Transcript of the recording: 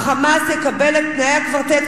ה"חמאס" יקבל את תנאי הקוורטט,